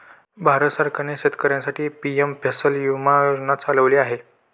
भारत सरकारने शेतकऱ्यांसाठी पी.एम फसल विमा योजना चालवली आहे